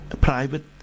private